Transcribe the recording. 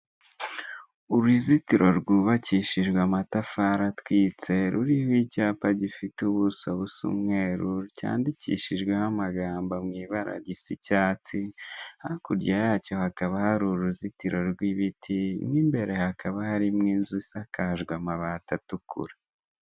Uruzitiro rwubakishijwe amatafari atwitse ruriho icyapa gifite ubuso busa umweru cyandikishijweho amagambo mu ibara risa icyatsi , hakurya yacyo hakaba uruzitiro rw'ibiti, mu imbere hakaba hari inzu isakajwe amabati atukura